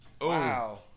Wow